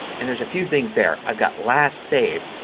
and there's a few things there. i've got last saved.